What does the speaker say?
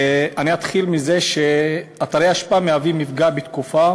אני אתחיל מזה שאתרי אשפה מהווים מפגע בתקופה